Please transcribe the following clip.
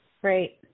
Great